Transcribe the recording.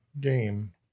game